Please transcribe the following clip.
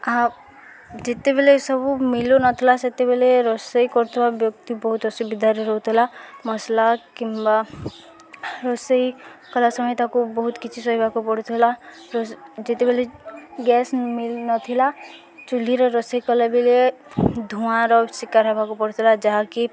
ଆ ଯେତେବେଲେ ସବୁ ମିଳୁନଥିଲା ସେତେବେଳେ ରୋଷେଇ କରୁଥିବା ବ୍ୟକ୍ତି ବହୁତ ଅସୁବିଧାରେ ରହୁଥିଲା ମସଲା କିମ୍ବା ରୋଷେଇ କଲା ସମୟ ତାକୁ ବହୁତ କିଛି ଶୋଇବାକୁ ପଡ଼ୁଥିଲା ଯେତେବେଲେ ଗ୍ୟାସ୍ ମିଲ ନଥିଲା ଚୁ୍ଲିର ରୋଷେଇ କଲାବେେଲେ ଧୂଆଁର ଶିକାର ହେବାକୁ ପଡ଼ୁଥିଲା ଯାହାକି